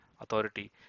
authority